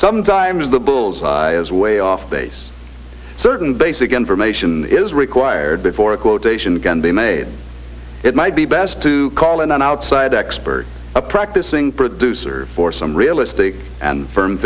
eye is way off base certain basic information is required before a quotation can be made it might be best to call in an outside expert a practicing producer for some realistic and f